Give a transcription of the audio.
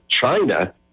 China